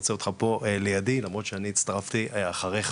רוצה אותך פה לידי למרות שאני הצטרפתי אחרייך.